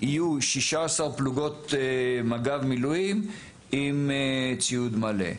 יהיו 16 פלוגות מג"ב מילואים עם ציוד מלא.